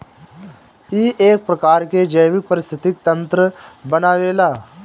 इ एक प्रकार के जैविक परिस्थितिक तंत्र बनावेला